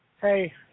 Hey